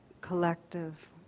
collective